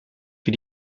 wie